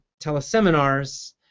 teleseminars